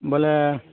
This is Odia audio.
ବେଲେ